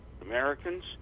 Americans